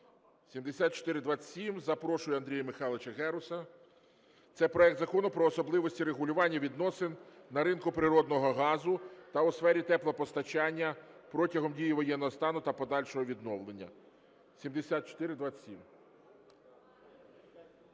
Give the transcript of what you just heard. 7427. Запрошую Андрія Михайловича Геруса. Це проект Закону про особливості регулювання відносин на ринку природного газу та у сфері теплопостачання протягом дії воєнного стану та подальшого відновлення (7427).